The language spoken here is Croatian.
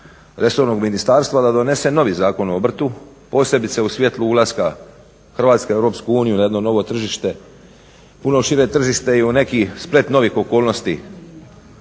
resornog ministarstva da donese novi Zakon o obrtu, posebice o svjetlu ulaska Hrvatske u Europsku uniju na jedno novo tržište, puno šire tržište i u neki splet novih okolnosti